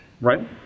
Right